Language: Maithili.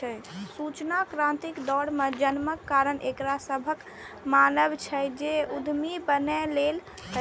सूचना क्रांतिक दौर मे जन्मक कारण एकरा सभक मानब छै, जे ओ उद्यमी बनैए लेल पैदा भेल छै